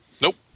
Nope